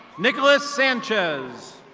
nicholas sanchez.